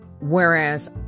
Whereas